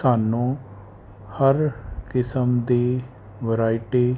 ਸਾਨੂੰ ਹਰ ਕਿਸਮ ਦੀ ਵਰਾਇਟੀ